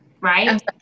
right